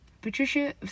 Patricia